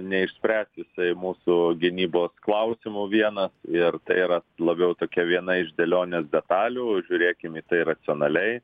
neišspręs jisai mūsų gynybos klausimų vienas ir tai yra labiau tokia viena iš dėlionės detalių žiūrėkim į tai racionaliai